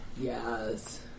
Yes